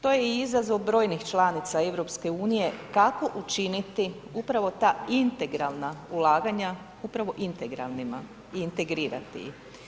To je i izazov brojnih članica EU kako učiniti upravo ta integralna ulaganja, upravo integralnima i integrirati ih.